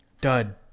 dud